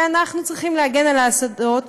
ואנחנו צריכים להגן על האסדות,